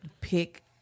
pick